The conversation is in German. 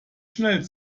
schnell